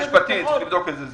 צריך לבדוק את זה.